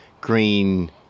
green